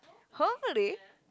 hopefully